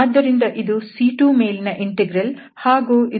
ಆದ್ದರಿಂದ ಇದು C2 ಮೇಲಿನ ಇಂಟೆಗ್ರಲ್ ಹಾಗೂ ಇದು ಕರ್ವ್ C1 ಮೇಲಿನ ಇಂಟೆಗ್ರಲ್